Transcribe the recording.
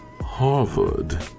Harvard